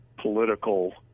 political